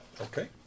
Okay